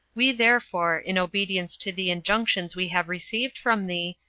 we therefore, in obedience to the injunctions we have received from thee,